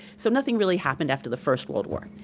so nothing really happened after the first world war.